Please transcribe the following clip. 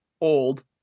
old